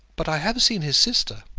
but i have seen his sister.